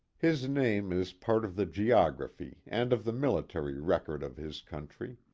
his name is part of the geography and of the military record of his country.